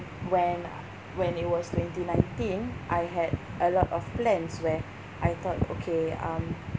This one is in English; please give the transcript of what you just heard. when when it was twenty nineteen I had a lot of plans where I thought okay um